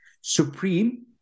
supreme